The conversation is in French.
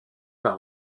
par